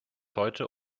heute